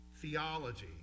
theology